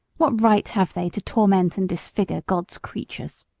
what right have they to torment and disfigure god's creatures?